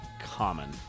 Common